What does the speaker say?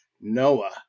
Noah